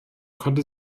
konnte